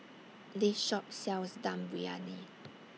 This Shop sells Dum Briyani